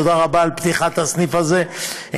תודה רבה על פתיחת הסניף הזה,